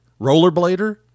rollerblader